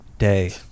day